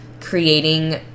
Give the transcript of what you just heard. creating